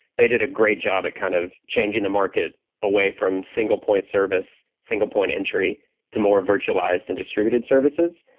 they did a great job at kind of changing the market away from single point service, single point entry to more virtualized and distributed services.